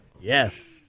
Yes